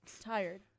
tired